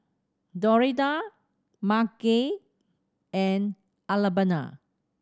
Doretta Margy and Alabama